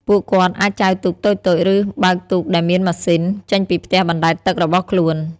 ពួកគាត់អាចចែវទូកតូចៗ ឬបើកទូកដែលមានម៉ាស៊ីន ចេញពីផ្ទះបណ្តែតទឹករបស់ខ្លួន។